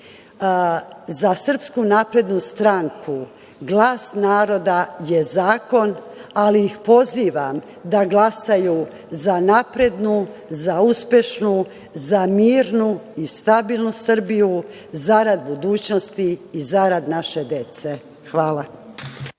Za Srpsku naprednu stranku glas naroda je zakon, ali ih pozivam da glasaju za naprednu, za uspešnu, za mirnu i stabilnu Srbiju, zarad budućnosti i zarad naše dece. Hvala.